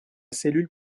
cellule